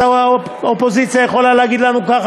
אז האופוזיציה יכולה להגיד לנו ככה,